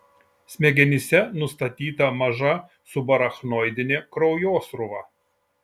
smegenyse nustatyta maža subarachnoidinė kraujosruva